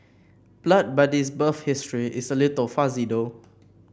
Blood Buddy's birth history is a little fuzzy though